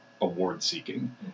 award-seeking